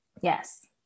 yes